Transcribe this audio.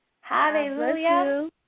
Hallelujah